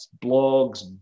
blogs